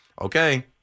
okay